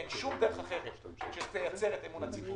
אין שום דרך אחרת שתייצר את אמון הציבור.